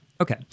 Okay